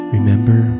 Remember